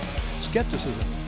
skepticism